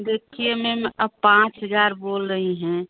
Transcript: देखिए मेम अब पाँच हजार बोल रही हैं